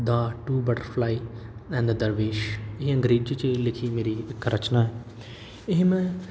the two butterfly and the dervish ਇਹ ਅੰਗਰੇਜ਼ੀ 'ਚ ਲਿਖੀ ਮੇਰੀ ਇੱਕ ਰਚਨਾ ਹੈ ਇਹ ਮੈਂ